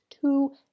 two